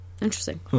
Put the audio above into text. interesting